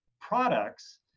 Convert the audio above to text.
products